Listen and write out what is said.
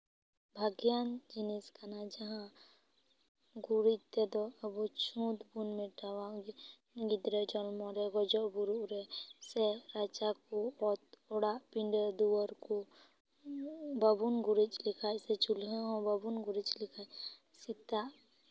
ᱵᱷᱟᱜᱮᱭᱟᱱ ᱡᱤᱱᱤᱥ ᱠᱟᱱᱟ ᱡᱟᱦᱟᱸ ᱜᱩᱨᱤᱡ ᱛᱮᱫᱚ ᱟᱵᱚ ᱪᱷᱩᱸᱛ ᱵᱚᱱ ᱢᱮᱴᱟᱣᱟ ᱜᱤᱫᱽᱨᱟᱹ ᱡᱚᱱᱢᱚ ᱨᱮ ᱜᱚᱡᱚᱜ ᱜᱩᱨᱩᱜ ᱨᱮ ᱥᱮ ᱨᱟᱪᱟ ᱠᱚ ᱚᱛ ᱚᱲᱟᱜ ᱯᱤᱸᱰᱟᱹ ᱫᱩᱣᱟᱹᱨ ᱵᱟᱵᱚᱱ ᱜᱩᱨᱤᱡᱽ ᱞᱮᱠᱷᱟᱱ ᱥᱮ ᱪᱩᱞᱦᱟᱹ ᱦᱚᱸ ᱵᱟᱵᱚᱱ ᱜᱩᱨᱤᱡᱽ ᱞᱮᱠᱷᱟᱱ ᱥᱮᱛᱟᱜ